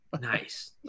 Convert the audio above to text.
Nice